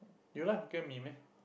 you like hokkien mee meh